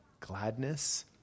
gladness